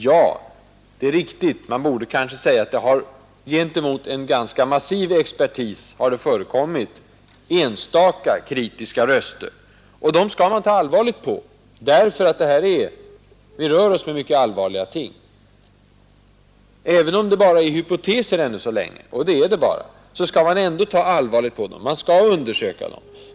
Ja, det är riktigt, även om man kanske borde säga att gentemot en ganska massiv expertis har förekommit enstaka kritiska röster. Och dem skall man ta allvarligt på därför att vi här rör oss med mycket allvarliga ting. Även om det bara är hypoteser ännu så länge — och det är det — skall man ändå ta allvarligt på dem. Man skall undersöka dem.